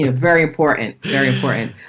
ah very important. very important.